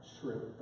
shrimp